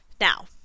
Now